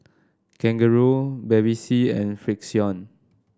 Kangaroo Bevy C and Frixion